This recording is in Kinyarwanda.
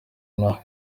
n’aho